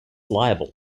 liable